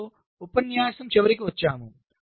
దీనితో ఉపన్యాసం చివరికి వచ్చాము